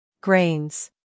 Grains